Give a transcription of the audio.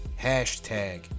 hashtag